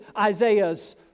Isaiah's